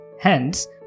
Hence